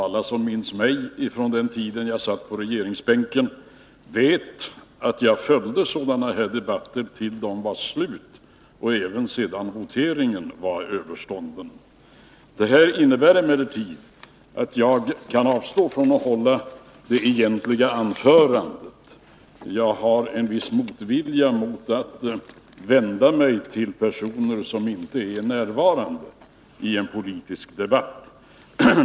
Alla som minns mig från den tiden då jag satt på regeringsbänken vet att jag följde sådana här debatter tills de var slut och voteringen överstånden. Detta innebär emellertid att jag kan avstå från att hålla mitt egentliga anförande. Jag har en viss motvilja mot att i en politisk debatt vända mig till personer som inte är närvarande.